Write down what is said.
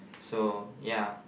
so ya